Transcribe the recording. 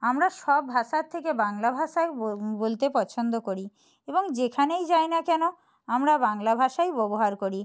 আমরা সব ভাষার থেকে বাংলা ভাষাই বলতে পছন্দ করি এবং যেখানেই যাই না কেন আমরা বাংলা ভাষাই ব্যবহার করি